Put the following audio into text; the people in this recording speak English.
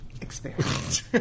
Experience